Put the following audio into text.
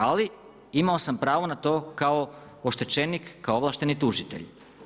Ali imao sam pravo na to kao oštećenik, kao ovlašteni tužitelj.